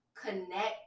connect